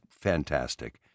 fantastic